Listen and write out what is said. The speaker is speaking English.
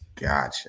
gotcha